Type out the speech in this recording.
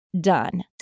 done